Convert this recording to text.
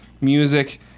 music